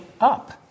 up